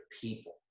people